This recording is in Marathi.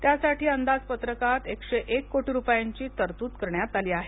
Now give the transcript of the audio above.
त्यासाठी अंदाजपत्रकात एकशे एक कोटी रुपयांची तरतूद करण्यात आली आहे